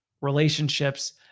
relationships